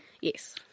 Yes